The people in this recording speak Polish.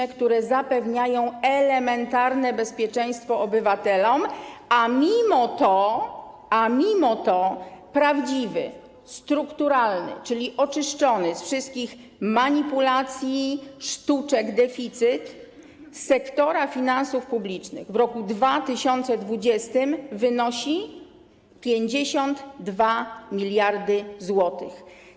Na nic. ...które zapewniają elementarne bezpieczeństwo obywatelom, a mimo to prawdziwy, strukturalny, czyli oczyszczony ze wszystkich manipulacji i sztuczek, deficyt sektora finansów publicznych w roku 2020 wynosi 52 mld zł.